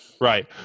Right